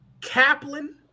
Kaplan